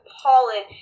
pollen